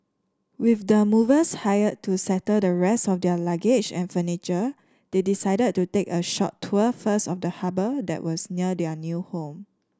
with the movers hired to settle the rest of their luggage and furniture they decided to take a short tour first of the harbour that was near their new home